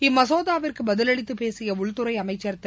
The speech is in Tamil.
இம்மசோதாவிற்கு பதிளித்து பேசிய உள்துறை அமைச்சர் திரு